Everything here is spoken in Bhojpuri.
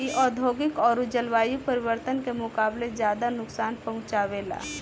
इ औधोगिक अउरी जलवायु परिवर्तन के मुकाबले ज्यादा नुकसान पहुँचावे ला